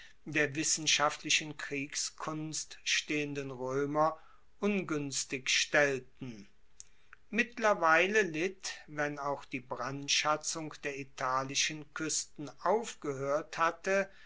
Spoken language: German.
der wissenschaftlichen kriegskunst stehenden roemer unguenstig stellten mittlerweile litt wenn auch die brandschatzung der italischen kuesten aufgehoert hatte